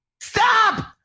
Stop